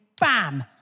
Bam